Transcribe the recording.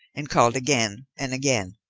and called again and again.